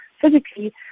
physically